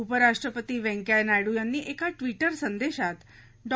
उपराष्ट्रपती व्यंकैय्या नायडू यांनी एका ट्विटर संदेशात डॉ